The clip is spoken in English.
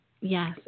Yes